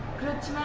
good